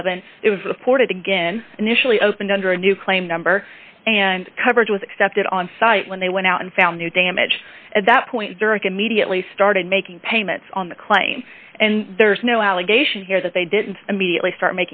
eleven it was reported again initially opened under a new claim number and coverage was accepted on site when they went out and found new damage at that point during immediately started making payments on the claim and there's no allegation here that they didn't immediately start